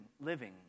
living